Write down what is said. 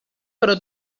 però